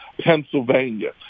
Pennsylvania